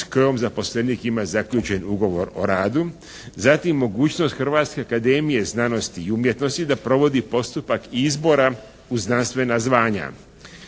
kojom zaposlenik ima zaključen ugovor o radu, zatim mogućnost Hrvatske akademije znanosti i umjetnosti da provodi postupak izbora u znanstvena zvanja.